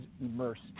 immersed